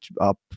up